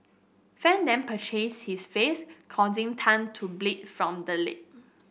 Fan then purchase his face causing Tan to bleed from the lip